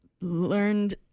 learned